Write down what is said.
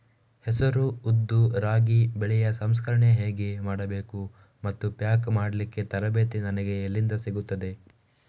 ಹೆಸರು, ಉದ್ದು, ರಾಗಿ ಬೆಳೆಯ ಸಂಸ್ಕರಣೆ ಹೇಗೆ ಮಾಡಬೇಕು ಮತ್ತು ಪ್ಯಾಕ್ ಮಾಡಲಿಕ್ಕೆ ತರಬೇತಿ ನನಗೆ ಎಲ್ಲಿಂದ ಸಿಗುತ್ತದೆ?